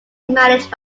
managed